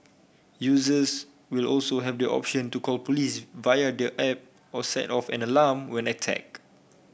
users will also have the option to call police via their app or set off an alarm when attacked